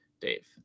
Dave